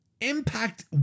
Impact